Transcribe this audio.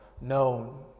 known